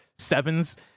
sevens